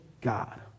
god